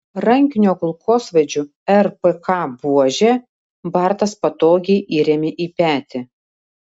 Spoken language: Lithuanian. rankinio kulkosvaidžio rpk buožę bartas patogiai įrėmė į petį